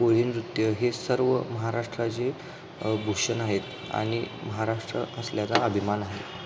कोळी नृत्य हे सर्व महाराष्ट्राचे भूषण आहेत आणि महाराष्ट्र असल्याचा अभिमान आहे